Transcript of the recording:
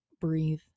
breathe